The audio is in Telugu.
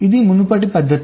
ఇది మునుపటి పద్ధతి